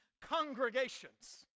congregations